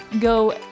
Go